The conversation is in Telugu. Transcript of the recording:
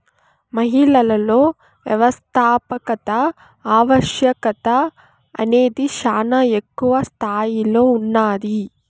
మహిళలలో వ్యవస్థాపకత ఆవశ్యకత అనేది శానా ఎక్కువ స్తాయిలో ఉన్నాది